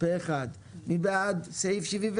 אושר מי בעד סעיף 72?